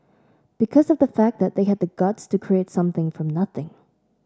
because of the fact that they had the guts to create something from nothing